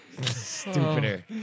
Stupider